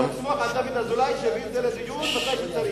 אפשר לסמוך על דוד אזולאי שיביא את זה לדיון מתי שצריך.